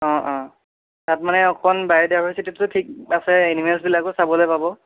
অঁ অঁ তাত মানে অকণ বায়'ডাইভাৰচিটীটো ঠিক আছে এনিমেলচবিলাকো চাবলে পাব